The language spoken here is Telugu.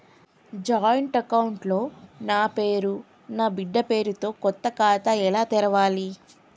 జాయింట్ అకౌంట్ లో నా పేరు నా బిడ్డే పేరు తో కొత్త ఖాతా ఎలా తెరవాలి?